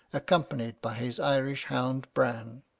accompanied by his irish hound bran!